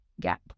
gap